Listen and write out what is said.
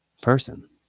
person